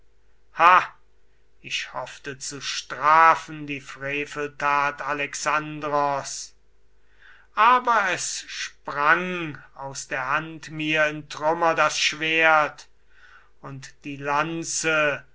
ich hoffte zu strafen die freveltat alexandros aber es sprang aus der hand mir in trümmer das schwert und die lanze